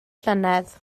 llynedd